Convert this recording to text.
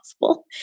possible